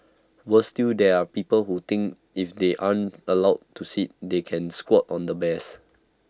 worse still there are people who think if they aren't allowed to sit they can squat on the bears